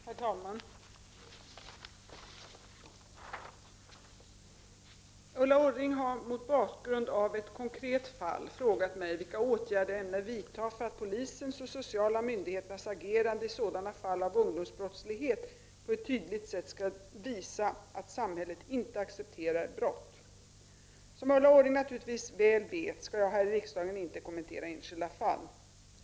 Herr talman! Ulla Orring har mot bakgrund av ett konkret fall frågat mig vilka åtgärder jag ämnar vidta för att polisens och sociala myndigheters age rande i sådana fall av ungdomsbrottslighet på ett tydligt sätt skall visa att samhället inte accepterar brott. Som Ulla Orring naturligtvis väl vet skall jag här i riksdagen inte kommentera enskilda fall.